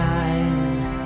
eyes